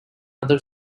other